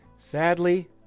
Sadly